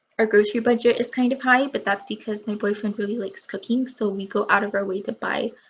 our grocery budget is kind of high but that's because my boyfriend really likes cooking so we go out of our way to buy